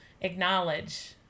acknowledge